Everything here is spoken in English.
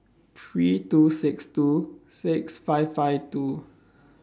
three two six two six five five two